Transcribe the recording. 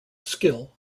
skill